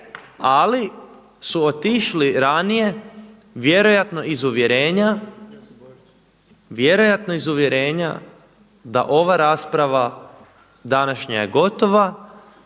ali su otišli ranije vjerojatno iz uvjerenja da ova rasprava današnja je gotova